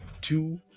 two